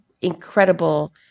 incredible